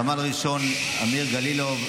סמל ראשון אמיר גלילוב,